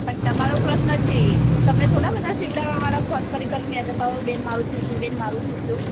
પણ તમારો પ્રશ્ન છે એ તમને થોડાં બધાં સિવડાવવા યાદ ફોન કરી કરી ને યાદ અપાવવા છે કે બેન મારું સિવજો બેન મારું સિવજો